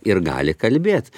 ir gali kalbėt